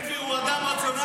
בן גביר הוא אדם רציונלי?